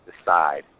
decide